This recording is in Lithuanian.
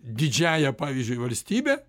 didžiąja pavyzdžiui valstybe